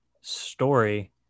story